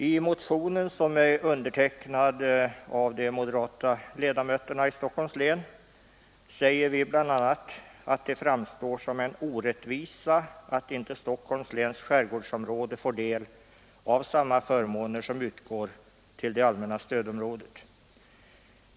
I motionen, som är undertecknad av de moderata ledamöterna i Stockholms län, säger vi bl.a. att det framstår som en orättvisa att inte Stockholms läns skärgårdsområde får del av samma förmåner som utgår till det allmänna stödområdet.